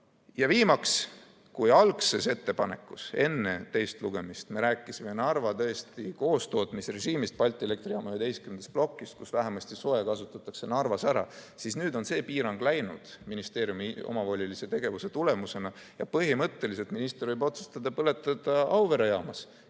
Ja viimaks, kui algses ettepanekus enne teist lugemist me rääkisime tõesti koostootmisrežiimist Balti Elektrijaama 11. plokis, kus vähemasti soe kasutatakse Narvas ära, siis nüüd on see piirang ministeeriumi omavolilise tegevuse tulemusena kadunud. Põhimõtteliselt minister võib otsustada põletada puitu ka